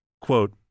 quote